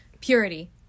Purity